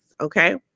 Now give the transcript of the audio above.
okay